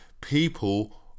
people